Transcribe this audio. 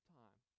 time